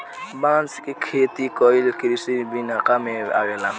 बांस के खेती कइल कृषि विनिका में अवेला